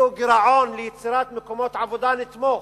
תביאו גירעון ליצירת מקומות עבודה, נתמוך.